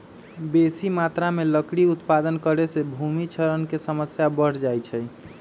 बेशी मत्रा में लकड़ी उत्पादन करे से भूमि क्षरण के समस्या बढ़ जाइ छइ